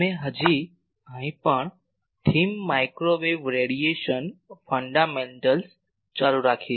અમે હજી પણ થીમ માઇક્રોવેવ રેડિયેશન ફંડામેન્ટલ્સ ચાલુ રાખીએ છીએ